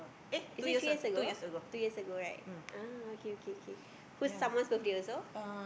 is it three years ago two years ago right ah okay okay okay whose someone's birthday also